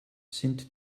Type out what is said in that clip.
sind